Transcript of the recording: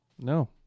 No